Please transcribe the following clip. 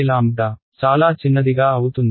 1 చాలా చిన్నదిగా అవుతుంది